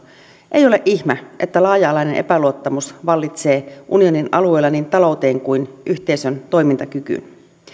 ei ole ihme että laaja alainen epäluottamus vallitsee unionin alueella niin talouteen kuin yhteisön toimintakykyyn